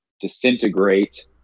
disintegrate